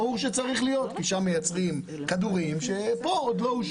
ברור שצריכה להיות כי שם מייצרים כדורים ופה עוד לא.